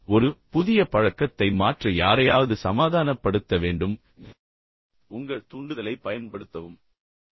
ஒரு புதிய பழக்கத்தை மாற்ற யாரையாவது நீங்கள் சமாதானப்படுத்த வேண்டும் என்று வைத்துக்கொள்வோம் நீங்கள் உங்கள் தூண்டுதலைப் பயன்படுத்த வேண்டும்